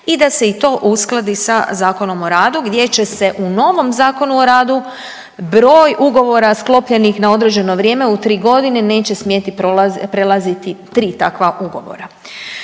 i da se i to uskladi sa Zakonom o radu gdje će se u novom Zakonu o radu broj ugovora sklopljenih na određeno vrijeme u 3 godine neće smjeti prelaziti 3 takva ugovora.